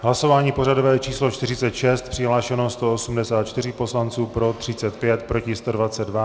Hlasování pořadové číslo 46, přihlášeno 184 poslanců, pro 35, proti 122.